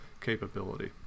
capability